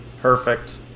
Perfect